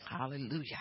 Hallelujah